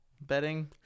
betting